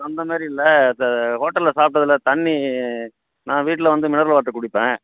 அந்த மாதிரி இல்லை ஹோட்டலில் சாப்பிடதுல தண்ணி நான் வீட்டில் வந்து மினரல் வாட்டரு குடிப்பேன்